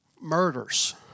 murders